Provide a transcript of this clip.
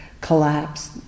collapse